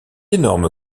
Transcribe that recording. énorme